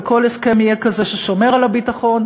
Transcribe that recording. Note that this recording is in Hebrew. וכל הסכם יהיה כזה ששומר על הביטחון.